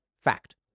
fact